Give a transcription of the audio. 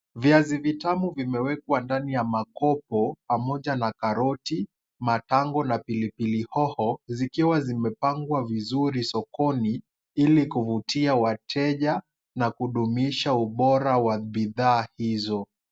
Viazi vitamu vimewekwa ndani ya makopo pamoja na karoti, matango na pili pili hoho, zikiwa zimepangwa vizuri sokoni ili kuvutia wateja, na kudumisha ubora wa bidhaa hizo.